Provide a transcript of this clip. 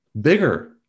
Bigger